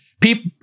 people